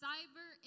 Cyber